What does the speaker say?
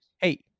Hey